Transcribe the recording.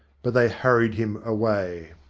but they hurried him away.